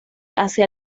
hacia